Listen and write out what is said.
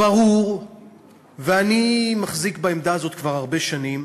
ברור ואני מחזיק בעמדה הזאת כבר הרבה שנים,